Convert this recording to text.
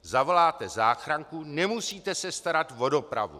Zavoláte záchranku, nemusíte se starat o dopravu.